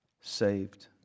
saved